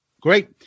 great